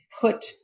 put